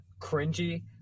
cringy